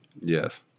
Yes